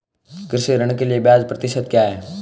कृषि ऋण के लिए ब्याज प्रतिशत क्या है?